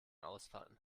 ausfallen